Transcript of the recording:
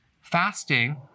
Fasting